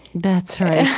that's right.